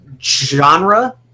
genre